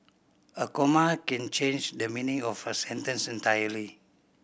a comma can change the meaning of a sentence entirely